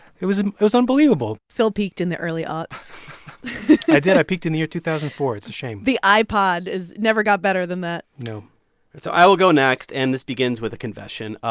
it was it was unbelievable phil peaked in the early aughts i did. i peaked in the year two thousand and four. it's a shame the ipod is never got better than that no so i will go next. and this begins with a confession.